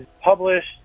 published